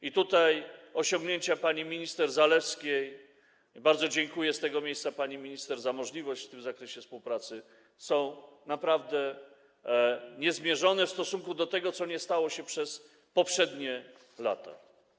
I tutaj osiągnięcia pani minister Zalewskiej - bardzo dziękuję z tego miejsca pani minister za możliwość współpracy w tym zakresie - są naprawdę niezmierzone w stosunku do tego, co nie stało się przez poprzednie lata.